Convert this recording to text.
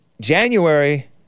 January